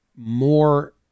more